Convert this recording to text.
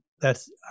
thats